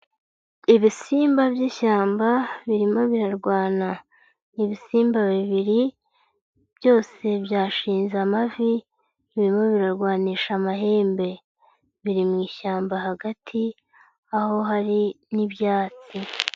Ibisimba by'ishyamba birimo birarwana, ni ibisimba bibiri byose byashinze amavi birimo birarwanisha amahembe, biri mu ishyamba hagati aho hari n'ibyatsi.